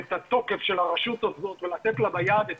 את התוקף של הרשות הזאת ולתת לה ביד את